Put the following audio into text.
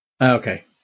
Okay